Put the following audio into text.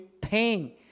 pain